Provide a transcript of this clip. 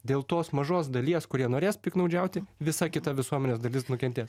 dėl tos mažos dalies kurie norės piktnaudžiauti visa kita visuomenės dalis nukentės